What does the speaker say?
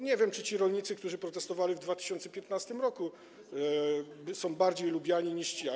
Nie wiem, czy ci rolnicy, którzy protestowali w 2015 r., są bardziej lubiani niż ci obecni.